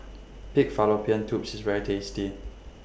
Pig Fallopian Tubes IS very tasty